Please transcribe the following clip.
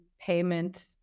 payment